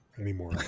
anymore